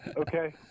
okay